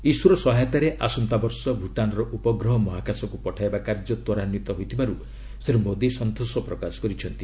ISRO ସହାୟତାରେ ଆସନ୍ତାବର୍ଷ ଭୂଟାନର ଉପଗ୍ରହ ମହାକାଶକୁ ପଠାଇବା କାର୍ଯ୍ୟ ତ୍ୱରାନ୍ୱିତ ହୋଇଥିବାରୁ ଶ୍ରୀ ମୋଦି ସନ୍ତୋଷ ପ୍ରକାଶ କରିଛନ୍ତି